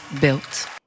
built